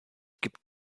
gibt